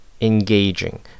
engaging